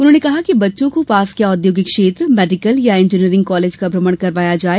उन्होंने कहा कि बच्चों को पास के औद्योगिक क्षेत्र मेडिकल या इंजीनियरिंग कॉलेज का भ्रमण करवाया जाये